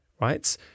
right